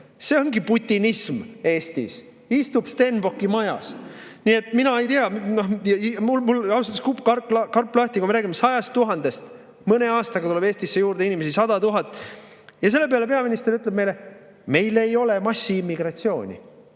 See ongi putinism Eestis, istub Stenbocki majas. Nii et mina ei tea. Mul ausalt öeldes kukub karp lahti. Me räägime 100 000-st, mõne aastaga tuleb Eestisse 100 000 inimest juurde, ja selle peale peaminister ütleb meile: meil ei ole massiimmigratsiooni.